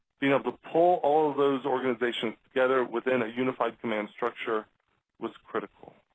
being able to pull all of those organizations together within a unified command structure was critical.